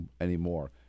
anymore